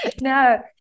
no